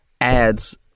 adds